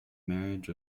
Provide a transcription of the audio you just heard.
marriage